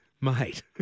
mate